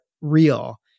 real